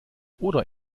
oder